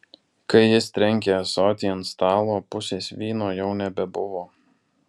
kai jis trenkė ąsotį ant stalo pusės vyno jau nebuvo